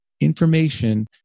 information